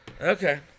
okay